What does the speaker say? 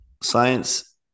science